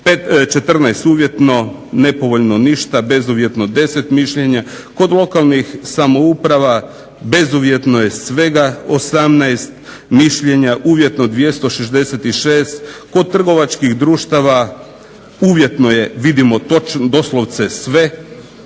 14 uvjetno, nepovoljno išta, bezuvjetno 10 mišljenja. Kod lokalnih samouprava bezuvjetno je svega 18 mišljenja, uvjetno 266, kod trgovačkih društava uvjetno je vidimo doslovce sve,